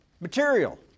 material